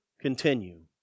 continue